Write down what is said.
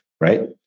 right